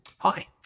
Hi